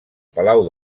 palau